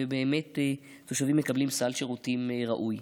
ובאמת תושבים מקבלים סל שירותים ראוי.